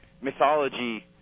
mythology